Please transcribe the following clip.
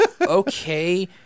okay